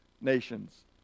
nations